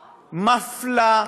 מפלה,